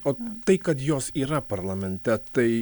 o tai kad jos yra parlamente tai